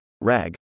RAG